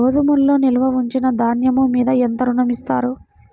గోదాములో నిల్వ ఉంచిన ధాన్యము మీద ఎంత ఋణం ఇస్తారు?